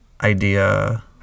idea